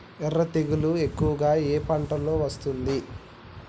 ఎర్ర తెగులు ఎక్కువగా ఏ పంటలో వస్తుంది?